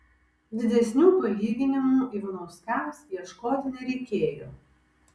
didesnių palyginimų ivanauskams ieškoti nereikėjo